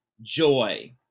joy